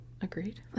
agreed